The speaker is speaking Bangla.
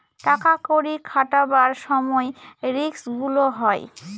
টাকা কড়ি খাটাবার সময় রিস্ক গুলো হয়